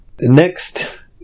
Next